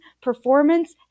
performance